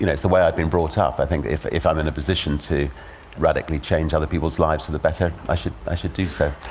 you know it's the way i've been brought up. i think if if i'm in a position to radically change other people's lives for the better, i should i should do so.